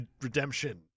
redemption